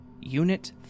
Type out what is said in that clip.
Unit